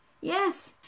Yes